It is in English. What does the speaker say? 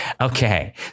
Okay